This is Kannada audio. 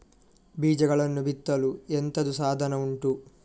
ಬೀಜಗಳನ್ನು ಬಿತ್ತಲು ಎಂತದು ಸಾಧನ ಉಂಟು?